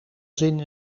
zin